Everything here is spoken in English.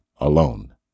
Alone